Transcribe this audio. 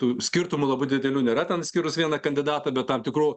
tų skirtumų labai didelių nėra ten išskyrus vieną kandidatą bet tam tikrų